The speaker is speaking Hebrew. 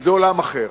זה עולם אחר.